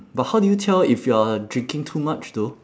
but how do you tell if you are drinking too much though